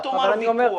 אז אל תגיד "ויכוח".